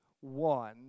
one